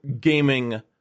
gaming